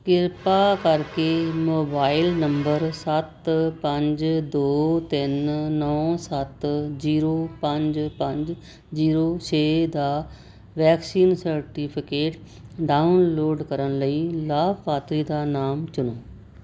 ਕਿਰਪਾ ਕਰਕੇ mobile number ਸੱਤ ਪੰਜ ਦੋ ਤਿੰਨ ਨੌਂ ਸੱਤ ਜ਼ੀਰੋ ਪੰਜ ਪੰਜ ਜ਼ੀਰੋ ਛੇ ਦਾ ਵੈਕਸੀਨ ਸਰਟੀਫਿਕੇਟ ਡਾਊਨਲੋਡ ਕਰਨ ਲਈ ਲਾਭਪਾਤਰੀ ਦਾ ਨਾਮ ਚੁਣੋ